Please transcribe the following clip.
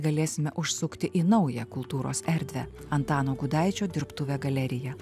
galėsime užsukti į naują kultūros erdvę antano gudaičio dirbtuvę galeriją